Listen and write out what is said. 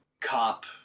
cop